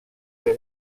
der